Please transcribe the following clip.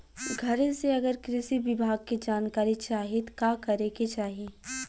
घरे से अगर कृषि विभाग के जानकारी चाहीत का करे के चाही?